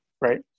right